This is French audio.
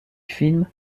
film